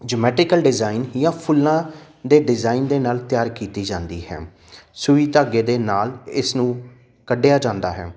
geometrical design ਜਾਂ ਫੁੱਲਾਂ ਦੇ ਡਿਜ਼ਾਈਨ ਦੇ ਨਾਲ ਤਿਆਰ ਕੀਤੀ ਜਾਂਦੀ ਹੈ ਸੂਈ ਧਾਗੇ ਦੇ ਨਾਲ ਇਸ ਨੂੰ ਕੱਢਿਆ ਜਾਂਦਾ ਹੈ